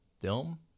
film